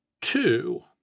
Two